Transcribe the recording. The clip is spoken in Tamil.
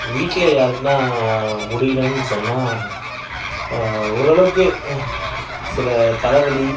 வீட்டில யாருக்குனா முடியலன்னு சொன்னால் ஓரளவுக்கு சில தலைவலி